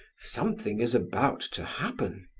something is about to happen.